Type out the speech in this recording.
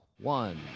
one